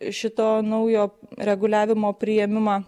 šito naujo reguliavimo priėmimą